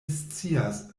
scias